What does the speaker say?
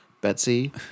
Betsy